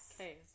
Okay